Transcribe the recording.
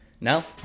Now